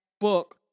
book